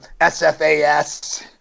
SFAS